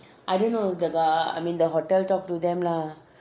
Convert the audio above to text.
I didn't know the ga~ I mean the hotel talk to them lah